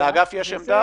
לאגף יש עמדה?